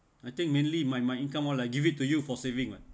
I think mainly my my income on lah give it to you for saving lah